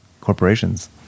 corporations